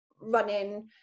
Running